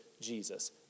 Jesus